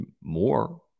more